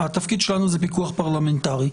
התפקיד שלנו הוא פיקוח פרלמנטרי.